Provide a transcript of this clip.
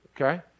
Okay